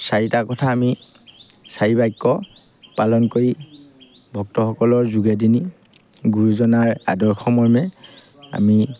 চাৰিটা কথা আমি চাৰি বাক্য পালন কৰি ভক্তসকলৰ যোগেদি গুৰুজনাৰ আদৰ্শমৰ্মে আমি